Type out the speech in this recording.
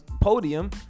podium